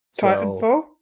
Titanfall